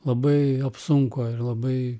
labai apsunko ir labai